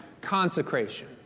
consecration